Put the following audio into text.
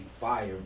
fire